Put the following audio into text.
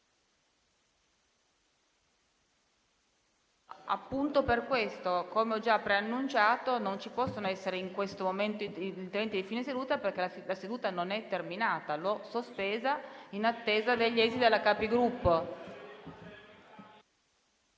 *(Commenti).* Come ho già preannunciato, non ci possono essere in questo momento gli interventi di fine seduta, perché la seduta non è terminata, ma è sospesa in attesa degli esiti della Conferenza